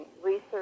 research